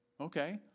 okay